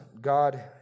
God